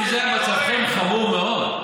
אם זה, מצבכם חמור מאוד.